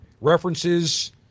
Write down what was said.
references